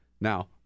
now